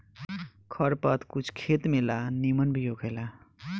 खर पात कुछ खेत में ला निमन भी होखेला